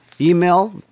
Email